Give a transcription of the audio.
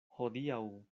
hodiaŭ